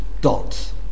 dots